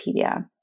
Wikipedia